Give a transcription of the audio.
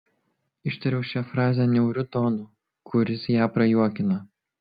ištariau šią frazę niauriu tonu kuris ją prajuokino